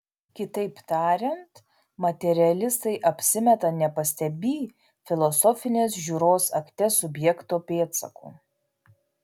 kitaip tariant materialistai apsimeta nepastebį filosofinės žiūros akte subjekto pėdsakų